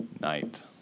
night